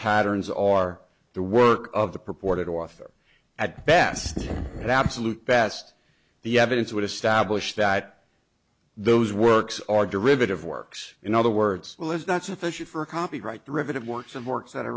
patterns are the work of the purported author at best the absolute best the evidence would establish that those works are derivative works in other words will is not sufficient for copyright derivative works and works that a